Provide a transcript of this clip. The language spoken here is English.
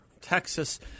Texas